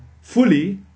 fully